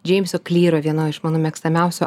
džeimso klyro vienoj iš mano mėgstamiausių